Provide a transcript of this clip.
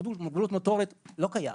למוגבלות מוטורית זה לא קיים,